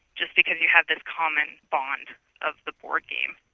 just because you have this common bond of the board game.